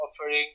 offering